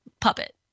puppet